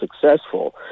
successful